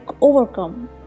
overcome